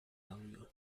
alıyor